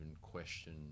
question